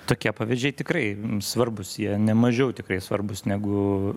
tokie pavyzdžiai tikrai svarbūs jie nemažiau tikrai svarbūs negu